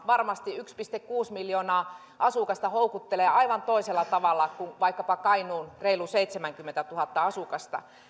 varmasti uudenmaan yksi pilkku kuusi miljoonaa asukasta houkuttelee aivan toisella tavalla kuin vaikkapa kainuun reilu seitsemänkymmentätuhatta asukasta